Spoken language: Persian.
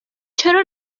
چرا